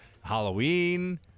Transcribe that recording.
Halloween